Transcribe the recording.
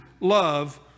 love